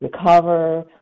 recover